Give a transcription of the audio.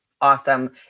Awesome